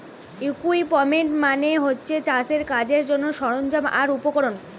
equipment মানে হচ্ছে চাষের কাজের জন্যে সরঞ্জাম আর উপকরণ